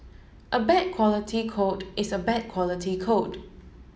a bad quality code is a bad quality code